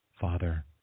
Father